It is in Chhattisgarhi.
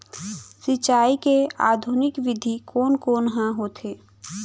सिंचाई के आधुनिक विधि कोन कोन ह होथे?